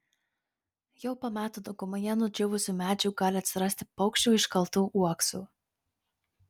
jau po metų daugumoje nudžiūvusių medžių gali atsirasti paukščių iškaltų uoksų